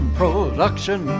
production